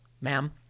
ma'am